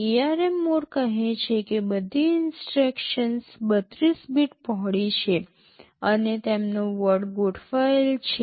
ARM mode કહે છે કે બધી ઇન્સટ્રક્શન્સ ૩૨ બીટ પહોળી છે અને તેમનો વર્ડ ગોઠવાયેલ છે